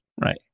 Right